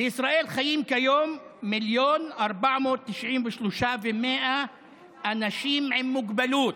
בישראל חיים כיום 1,493,100 אנשים עם מוגבלות.